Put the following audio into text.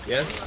Yes